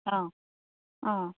অঁ অঁ